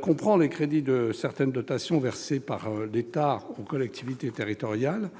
comprend les crédits de certaines dotations versées par l'État aux collectivités territoriales,